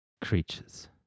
creatures